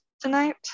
tonight